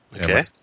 Okay